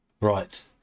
right